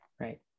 right